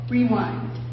Rewind